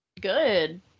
Good